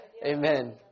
Amen